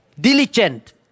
diligent